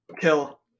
kill